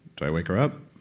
do i wake her up?